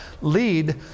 lead